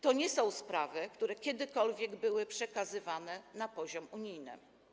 To nie są sprawy, które kiedykolwiek były przekazywane na poziom unijny.